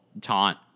taunt